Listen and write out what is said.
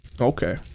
okay